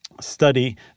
study